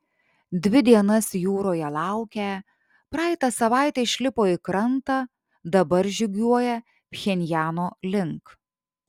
dvi dienas jūroje laukę praeitą savaitę išlipo į krantą dabar žygiuoja pchenjano link